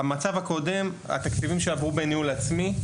במצב הקודם, בו התקציבים עברו בניהול עצמי,